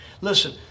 listen